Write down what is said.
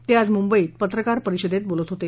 ते आज मुंबईत पत्रकार परिषदेत बोलत होते